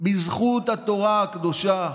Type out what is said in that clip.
בזכות התורה הקדושה,